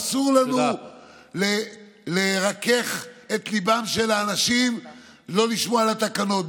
אסור לנו לרכך את ליבם של האנשים לא לשמור על התקנות.